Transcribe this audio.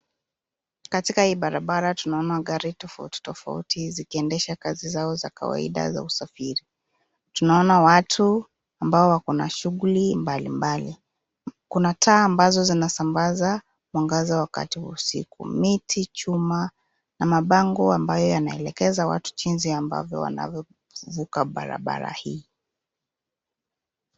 Katika hii barabara tunaona gari tofauti tofauti zikiendesha kazi zao za kawaida za usafiri. Tunaona watu ambao wako na shughuli mbali mbali. Kuna taa ambazo zinasambaza mwangaza wakati wa usiku. Miti, chuma na mabango ambayo yanaelekeza watu jinsi ambavyo wanavyovuka barabara hii.